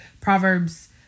Proverbs